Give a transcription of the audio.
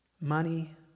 money